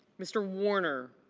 mr. warner